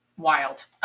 Wild